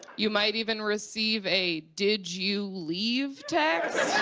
you might even receive a did you leave text